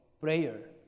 prayer